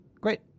great